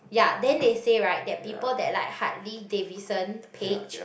ya then they say right that people that like Harley Davidson page